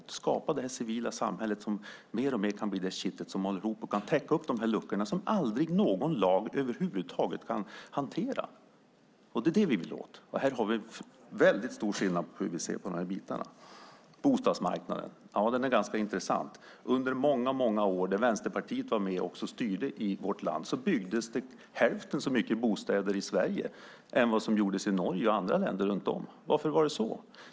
Vi vill skapa det här civila samhället, som mer och mer kan bli det kitt som håller ihop och kan täcka upp de luckor som någon lag över huvud taget inte kan hantera. Det är detta vi vill åt. Och det är väldigt stor skillnad på hur vi ser på de här bitarna. Bostadsmarknaden är ganska intressant. Under många år då Vänsterpartiet också var med och styrde i vårt land byggdes det hälften så mycket bostäder i Sverige som i Norge och i andra länder runt om. Varför var det så?